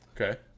Okay